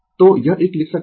तो यह एक लिख सकता है